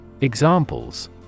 Examples